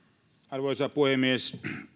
arvoisa puhemies